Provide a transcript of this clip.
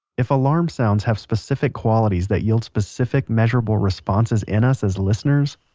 if alarm sounds have specific qualities that yield specific, measurable responses in us as listeners,